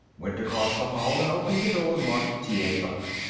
went across the hall and opened the door marked t. a. buck.